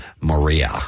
Maria